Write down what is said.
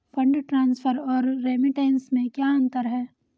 Fund transfer और remittance में क्या अंतर है?